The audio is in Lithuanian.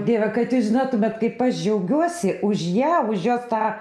dieve kad jūs žinotumėt kaip aš džiaugiuosi už ją už jos tą